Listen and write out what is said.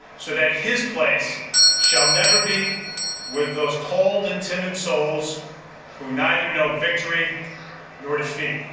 so that his place shall never be with those cold and timid souls who neither know victory nor defeat.